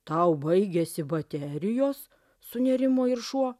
tau baigėsi baterijos sunerimo ir šuo